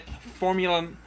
formula